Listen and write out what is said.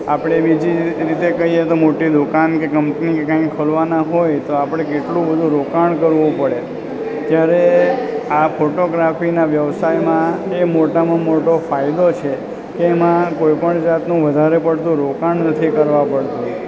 આપણે બીજી રીતે કઈએ તો મોટી દુકાન કે કંપની કે કાંઈ ખોલવાના હોય તો આપણે કેટલું બધું રોકાણ કરવું પડે ત્યારે આ ફોટોગ્રાફીના વ્યવસાયમાં એ મોટામાં મોટો ફાયદો છે કે એમાં કોઈ પણ જાતનું વધારે પડતું રોકાણ નથી કરવા પડતું